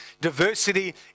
diversity